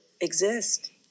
exist